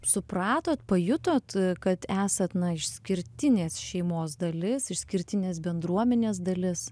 supratot pajutot kad esat išskirtinės šeimos dalis išskirtinės bendruomenės dalis